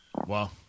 Wow